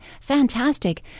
Fantastic